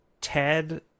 Ted